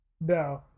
No